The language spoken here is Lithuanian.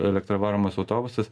elektra varomas autobusas